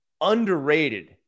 underrated